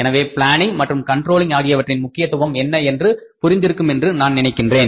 எனவே பிளானிங் மற்றும் கண்ட்ரோலிங் ஆகியவற்றின் முக்கியத்துவம் என்ன என்று புரிந்திருக்கும் என்று நான் நினைக்கின்றேன்